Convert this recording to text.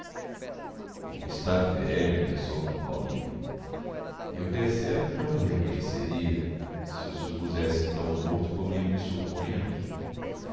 como está velho pensou paulino eu decerto não o reconheceria se o supusesse tão morto como ele me supõe a mim